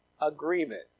agreement